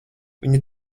viņa